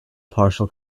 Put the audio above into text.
partial